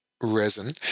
resin